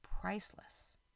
priceless